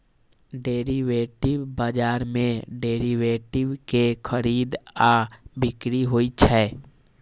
derivative बाजार मे derivative के खरीद आ बिक्री होइ छै